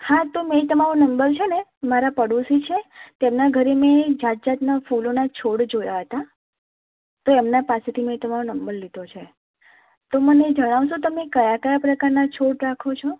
હા તો મેં તમારો નંબર છે ને મારા પાડોશી છે તેમના ઘરે મેં જાત જાતનાં ફૂલોના છોડ જોયા હતા તો એમના પાસેથી મેં તમારો નંબર લીધો છે તો મને જણાવશો તમે કયા કયા પ્રકારના છોડ રાખો છો